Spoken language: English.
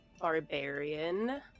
barbarian